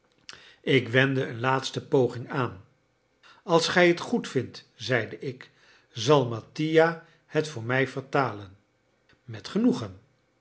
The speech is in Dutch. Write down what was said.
ik wendde een laatste poging aan als gij t goedvindt zeide ik zal mattia het voor mij vertalen met genoegen